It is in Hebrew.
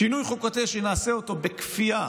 שינוי חוקתי שנעשה אותו בכפייה